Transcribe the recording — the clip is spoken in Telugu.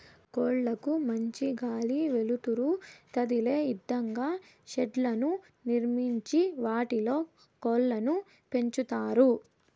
కోళ్ళ కు మంచి గాలి, వెలుతురు తదిలే ఇదంగా షెడ్లను నిర్మించి వాటిలో కోళ్ళను పెంచుతారు